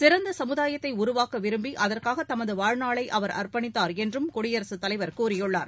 சிறந்த சமுதாயத்தை உருவாக்க விரும்பி அதற்காக தமது வாழ்நாளை அவர் அர்ப்பணித்தார் என்றும் குடியரசுத் தலைவர் கூறியுள்ளார்